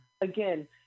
again